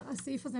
הסעיף הזה,